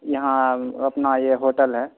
یہاں اپنا یہ ہوٹل ہے